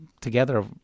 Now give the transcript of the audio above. together